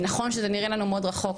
נכון שזה נראה לנו מאוד רחוק,